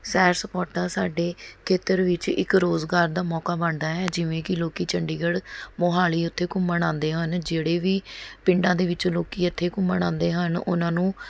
ਸੈਰ ਸਪਾਟਾ ਸਾਡੇ ਖੇਤਰ ਵਿੱਚ ਇੱਕ ਰੁਜ਼ਗਾਰ ਦਾ ਮੌਕਾ ਬਣਦਾ ਹੈ ਜਿਵੇਂ ਕਿ ਲੋਕ ਚੰਡੀਗੜ੍ਹ ਮੋਹਾਲੀ ਉੱਥੇ ਘੁੰਮਣ ਆਉਂਦੇ ਹਨ ਜਿਹੜੇ ਵੀ ਪਿੰਡਾਂ ਦੇ ਵਿੱਚ ਲੋਕ ਇੱਥੇ ਘੁੰਮਣ ਆਉਂਦੇ ਹਨ ਉਨ੍ਹਾਂ ਨੂੰ